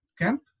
camp